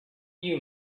you